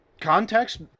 context